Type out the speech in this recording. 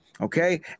Okay